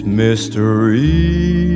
mystery